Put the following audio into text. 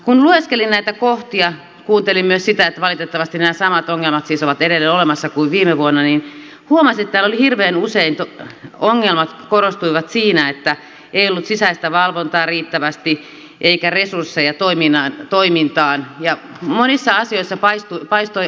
kun lueskelin näitä kohtia kuuntelin myös sitä että valitettavasti nämä samat ongelmat kuin viime vuonna siis ovat edelleen olemassa niin huomasin että hirveän usein ongelmat korostuivat siinä että ei ollut sisäistä valvontaa riittävästi eikä resursseja toimintaan ja monissa asioissa paistoi aliresursointi